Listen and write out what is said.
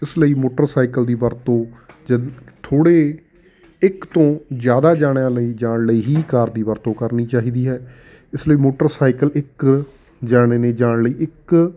ਇਸ ਲਈ ਮੋਟਰਸਾਈਕਲ ਦੀ ਵਰਤੋਂ ਜਦ ਥੋੜ੍ਹੇ ਇੱਕ ਤੋਂ ਜ਼ਿਆਦਾ ਜਾਣਿਆਂ ਲਈ ਜਾਣ ਲਈ ਹੀ ਕਾਰ ਦੀ ਵਰਤੋਂ ਕਰਨੀ ਚਾਹੀਦੀ ਹੈ ਇਸ ਲਈ ਮੋਟਰਸਾਈਕਲ ਇੱਕ ਜਣੇ ਦੇ ਜਾਣ ਲਈ ਇੱਕ